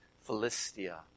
Philistia